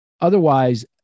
Otherwise